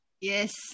Yes